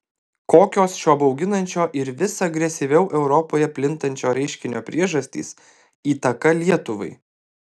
kokios šio bauginančio ir vis agresyviau europoje plintančio reiškinio priežastys įtaka lietuvai